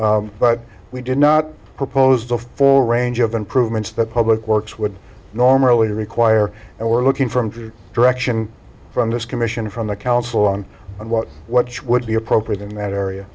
but we did not proposed the full range of improvements that public works would normally require and we're looking for a direction from this commission from the council on what what's would be appropriate in that area